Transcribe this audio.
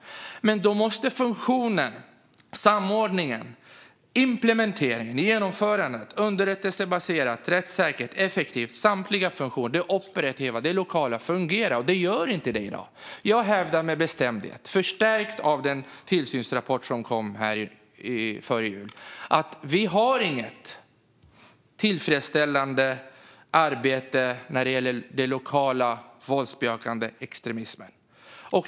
Men då måste funktionen, samordningen, implementeringen och genomförandet vara underrättelsebaserat, rättssäkert och effektivt. Samtliga funktioner, de operativa och lokala, måste fungera. Men det gör de inte i dag. Jag hävdar med bestämdhet, stärkt av den tillsynsrapport som kom före jul, att vi inte har något tillfredsställande arbete mot den lokala våldsbejakande extremismen.